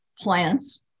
plants